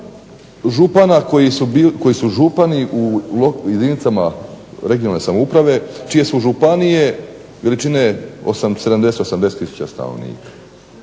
župana koji su župani u jedinicama regionalne samouprave čije su županije veličine 70, 80 tisuća stanovnika,